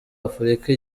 afurika